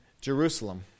Jerusalem